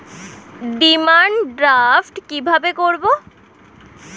Demand draft কীভাবে করব?